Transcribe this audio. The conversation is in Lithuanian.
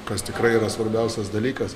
kas tikrai yra svarbiausias dalykas